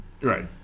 Right